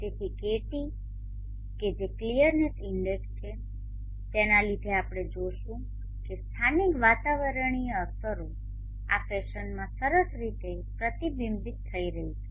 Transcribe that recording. તેથી kt કે જે ક્લિયરનેસ ઇન્ડેક્સ છે તેના લીધે આપણે જોશું કે સ્થાનિક વાતાવરણીય અસરો આ ફેશનમાં સરસ રીતે પ્રતિબિંબિત થઈ રહી છે